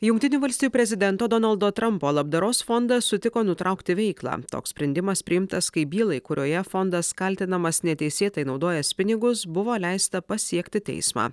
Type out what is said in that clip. jungtinių valstijų prezidento donaldo trampo labdaros fondas sutiko nutraukti veiklą toks sprendimas priimtas kai bylai kurioje fondas kaltinamas neteisėtai naudojęs pinigus buvo leista pasiekti teismą